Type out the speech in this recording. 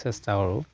চেষ্টা কৰোঁ